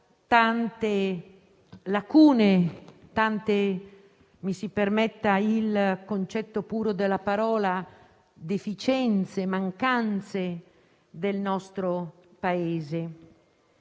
tante lacune, tante - mi si permetta il concetto puro della parola - deficienze, mancanze del nostro Paese.